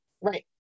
Right